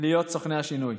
להיות סוכני השינוי.